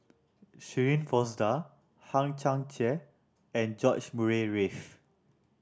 Shirin Fozdar Hang Chang Chieh and George Murray Reith